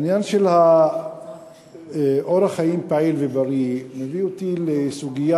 העניין של אורח חיים פעיל ובריא מביא אותי לסוגיה